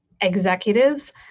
executives